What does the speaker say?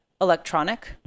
electronic